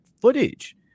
footage